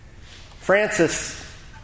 Francis